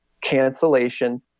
cancellation